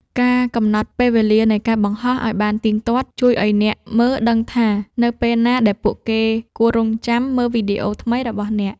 ការកំណត់ពេលវេលានៃការបង្ហោះ ឱ្យបានទៀងទាត់ ជួយឱ្យអ្នកមើលដឹងថានៅពេលណាដែលពួកគេគួររង់ចាំមើលវីដេអូថ្មីរបស់អ្នក។